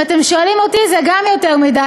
אם אתם שואלים אותי, זה גם יותר מדי.